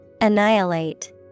Annihilate